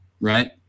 right